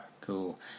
Cool